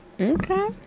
okay